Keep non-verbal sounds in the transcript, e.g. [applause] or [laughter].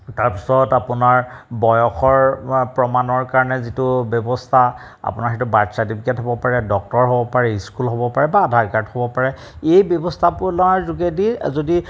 তাৰপিছত আপোনাৰ বয়সৰ প্ৰমাণৰ কাৰণে যিটো ব্যৱস্থা আপোনাৰ সেইটো বাৰ্থ চাৰ্টিফিকেট হ'ব পাৰে ডক্টৰ হ'ব পাৰে স্কুল হ'ব পাৰে বা আধাৰ কাৰ্ড হ'ব পাৰে এই ব্যৱস্থা [unintelligible] যোগেদি যদি